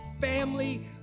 family